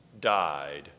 died